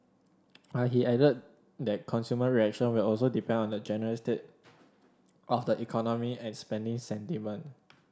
but he added that consumer reaction will also depend on the general state of the economy and spending sentiment